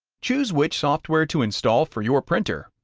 choose which software to install for your printer,